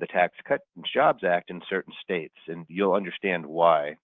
the tax cuts and jobs act in certain states? and you'll understand why.